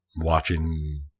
watching